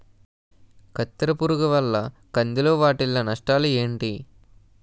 కత్తెర పురుగు వల్ల కంది లో వాటిల్ల నష్టాలు ఏంటి